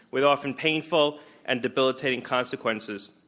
with often painful and debilitating consequences.